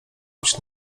być